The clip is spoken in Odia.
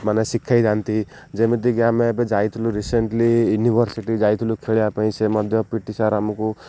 ମାନେ ଶିଖାଇଥାନ୍ତି ଯେମିତିକି ଆମେ ଏବେ ଯାଇଥିଲୁ ରିସେଣ୍ଟଲି ୟନିଭରର୍ସିଟି ଯାଇଥିଲୁ ଖେଳିବା ପାଇଁ ସେ ମଧ୍ୟ ପି ଟି ସାର୍ ଆମକୁ